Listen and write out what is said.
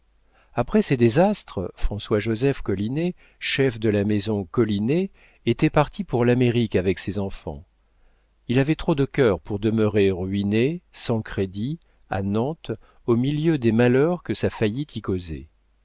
après ses désastres françois joseph collinet chef de la maison collinet était parti pour l'amérique avec ses enfants il avait trop de cœur pour demeurer ruiné sans crédit à nantes au milieu des malheurs que sa faillite y causait